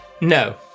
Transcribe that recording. No